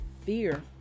fear